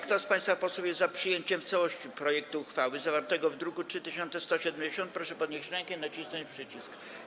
Kto z państwa posłów jest za przyjęciem w całości projektu uchwały zawartego w druku nr 3170, proszę podnieść rękę i nacisnąć przycisk.